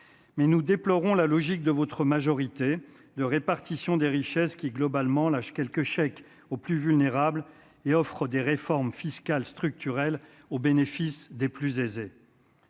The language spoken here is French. Mais nous déplorons la logique de votre majorité de répartition des richesses qui globalement âge quelques chèques aux plus vulnérables et offrent des réformes fiscales, structurelles au bénéfice des plus aisés.